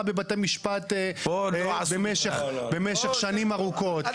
בבתי משפט במשך שנים ארוכות --- פה לא עשו תוכנית.